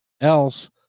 else